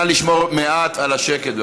נא לשמור מעט על השקט,